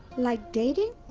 like, dating?